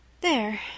There